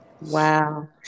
Wow